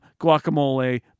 guacamole